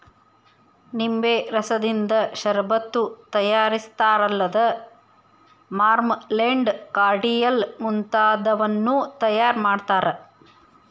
ನಿಂಬೆ ರಸದಿಂದ ಷರಬತ್ತು ತಯಾರಿಸ್ತಾರಲ್ಲದ ಮಾರ್ಮಲೆಂಡ್, ಕಾರ್ಡಿಯಲ್ ಮುಂತಾದವನ್ನೂ ತಯಾರ್ ಮಾಡ್ತಾರ